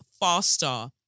faster